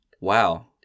Wow